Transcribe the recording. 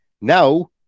Now